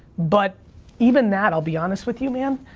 but even that, i'll be honest with you, man,